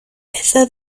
esa